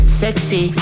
sexy